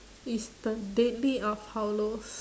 is the deadly of hallows